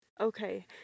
Okay